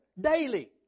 daily